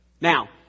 Now